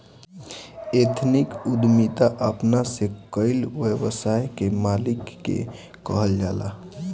ethnic उद्यमिता अपना से कईल व्यवसाय के मालिक के कहल जाला